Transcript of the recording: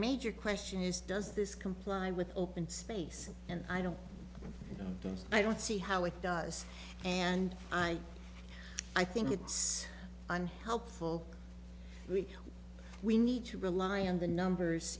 major question is does this comply with open space and i don't know i don't see how it does and i i think it's unhelpful we need to rely on the numbers